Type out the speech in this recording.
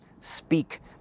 speak